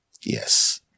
Yes